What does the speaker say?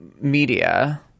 media